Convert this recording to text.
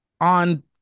on